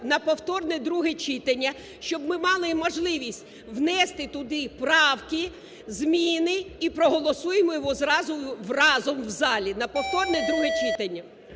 на повторне друге читання, щоб ми мали можливість внести туди правки, зміни і проголосуємо його зразу разом в залі на повторне друге читання.